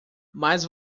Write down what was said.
mas